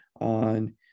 on